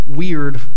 weird